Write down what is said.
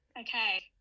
okay